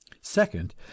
second